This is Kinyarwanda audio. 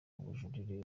ubujurire